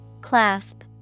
clasp